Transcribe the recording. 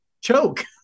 choke